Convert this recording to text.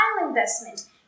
investment